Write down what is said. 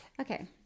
okay